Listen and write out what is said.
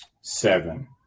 seven